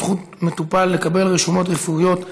זכות מטופל לקבל רשומות רפואיות),